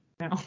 no